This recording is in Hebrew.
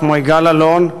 כמו יגאל אלון,